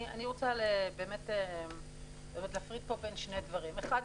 אני רוצה להפריד פה בין שני דברים אחד,